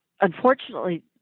unfortunately